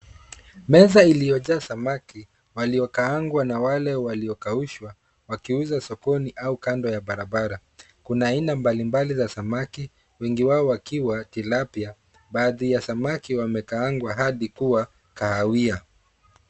Meza iliyojaa samaki waliokaangwa na wale waliokaushwa, wakiuzwa sokoni au kando ya barabara. Kuna aina mbalimbali za samaki wengi wao wakiwa tilapia. Baadhi ya samaki wamekaangwa hadi kuwa kahawia.